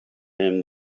him